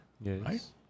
Yes